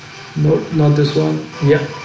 but not this one. yeah,